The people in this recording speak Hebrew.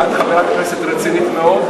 את חברת כנסת רצינית מאוד.